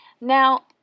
Now